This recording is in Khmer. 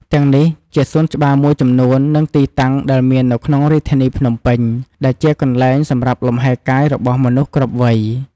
ទាំងនេះជាសួនច្បារមួយចំនួននិងទីតាំងដែលមាននៅក្នុងរាជធានីភ្នំពេញដែលជាកន្លែងសម្រាប់លំហែរកាយរបស់មនុស្សគ្រប់វ័យ។